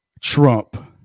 Trump